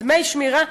דמי שמירה,